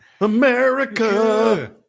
America